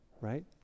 right